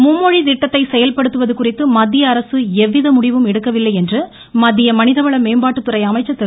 மும்மொழி திட்டத்தை செயல்படுத்துவது குறித்து மத்தியஅரசு எவ்வித முடிவும் எடுக்கவில்லை என்று மத்திய மனித வள மேம்பாட்டுத்துறை அமைச்சர் திரு